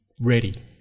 ready